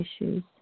issues